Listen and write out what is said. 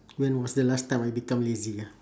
when was the last time I become lazy ah